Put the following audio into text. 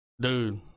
dude